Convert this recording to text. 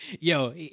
Yo